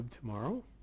tomorrow